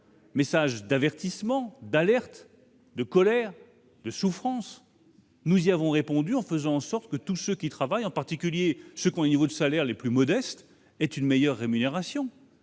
message d'avertissement, d'alerte, de colère, de souffrance. Nous y avons répondu en faisant en sorte que tous ceux qui travaillent, en particulier les salariés aux revenus les plus modestes, bénéficient d'une meilleure rémunération